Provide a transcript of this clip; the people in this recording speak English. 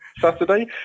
Saturday